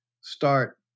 start